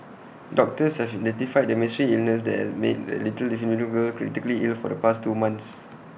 doctors have identified the mystery illness that has made A little Filipino girl critically ill for the past two months